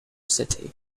city